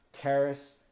Karis